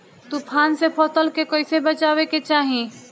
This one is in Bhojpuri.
तुफान से फसल के कइसे बचावे के चाहीं?